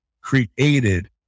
created